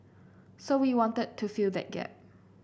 so we wanted to fill that gap